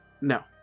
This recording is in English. No